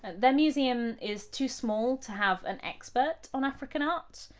their museum is too small to have an expert on african art,